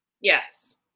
Yes